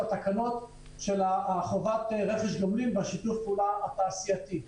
התקנות של חובת רכש הגומלין ושיתוף הפעולה התעשייתי.